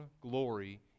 glory